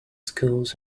schools